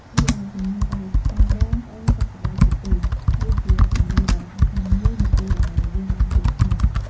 រីឯសំណួរបែប តើបង ប្អូនសុខសប្បាយជាទេ? វាជាសំណួរដ៏សំខាន់មួយនៅពេលដែលយើងបានជួបគ្នា។